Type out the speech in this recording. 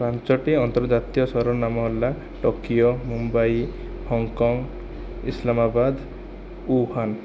ପାଞ୍ଚଟି ଅନ୍ତର୍ଜାତୀୟ ସହରର ନାମ ହେଲା Tokyo Mumbai Hong Kong Islamabad Wuhan